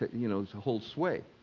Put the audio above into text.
you know, it's a whole sway.